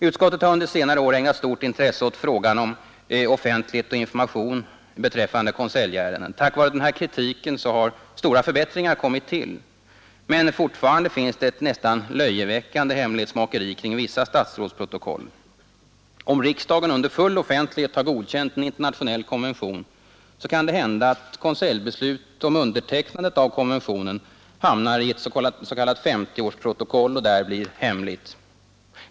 Utskottet har under senare år ägnat stort intresse åt frågan om offentlighet och information beträffande konseljärenden. Tack vare den kritiken har stora förbättringar kommit till. Men fortfarande finns det ett nästan löjeväckande hemlighetsmakeri kring vissa statsrådsprotokoll. Om riksdagen under full offentlighet har godkänt en internationell konvention, så kan det hända att konseljbeslut om undertecknandet av konventionen hamnar i ett s.k. femtioårsprotokoll och där blir hemligt.